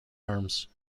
arms